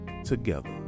together